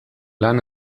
lan